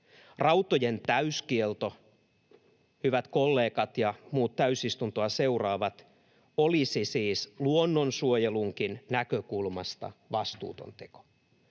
Rautojen täyskielto, hyvät kollegat ja muut täysistuntoa seuraavat, olisi siis luonnonsuojelunkin näkökulmasta vastuuton teko.